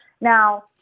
Now